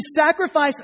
sacrifice